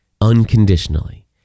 unconditionally